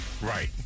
Right